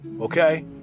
Okay